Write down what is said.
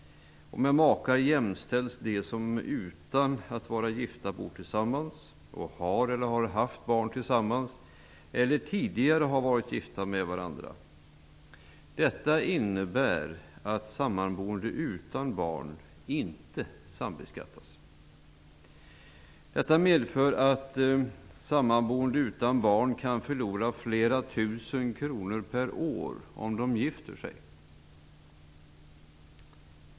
Med makar jämställs de som utan att vara gifta bor tillsammans och har eller har haft barn tillsammans eller tidigare har varit gifta med varandra. Detta innebär att sammanboende utan barn inte sambeskattas och att de kan förlora flera tusen kronor per år om de gifter sig.